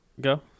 Go